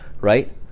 right